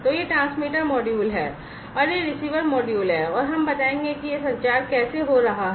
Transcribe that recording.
तो यह transmitter module है और यह रिसीवर मॉड्यूल है और हम बताएंगे कि यह संचार कैसे हो रहा है